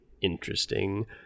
interesting